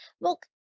Look